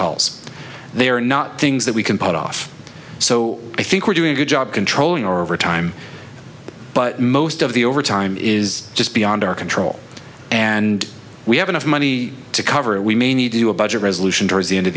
calls they are not things that we can put off so i think we're doing a good job controlling or over time but most of the overtime is just beyond our control and we have enough money to cover it we may need to do a budget resolution towards the end of